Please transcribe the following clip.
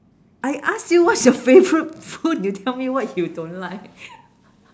I ask you what's your favourite food you tell me what you don't like